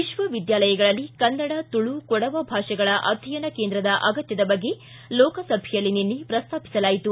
ವಿಶ್ವ ವಿದ್ಯಾಲಯಗಳಲ್ಲಿ ಕನ್ನಡ ತುಳು ಕೊಡವ ಭಾಷೆಗಳ ಅಧ್ಯಯನ ಕೇಂದ್ರದ ಅಗತ್ಯದ ಬಗ್ಗೆ ಲೋಕಸಭೆಯಲ್ಲಿ ನಿನ್ನೆ ಪ್ರಸ್ತಾಪಿಸಲಾಯಿತು